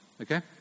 Okay